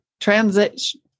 Transition